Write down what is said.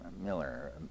Miller